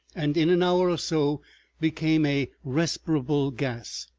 and in an hour or so became a respirable gas,